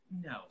no